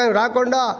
rakonda